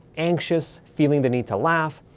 anxious, feeling the need to laugh,